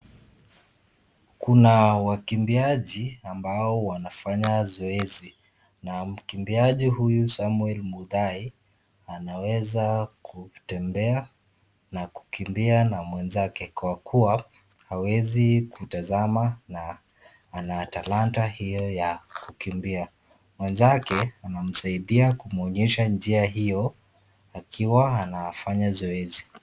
Kuna wakimbiaji ambao wanafanya zoezi .Mkimbiaji huyu muthai anaweza kutembea na kukimbia na mwenzake kwa kua